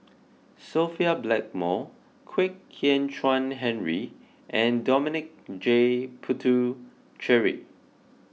Sophia Blackmore Kwek Hian Chuan Henry and Dominic J Puthucheary